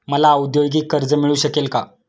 मला औद्योगिक कर्ज मिळू शकेल का?